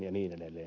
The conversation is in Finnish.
ja niin edelleen